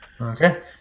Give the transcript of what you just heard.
Okay